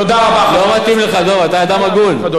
תודה רבה, חבר הכנסת חנין.